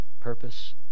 purpose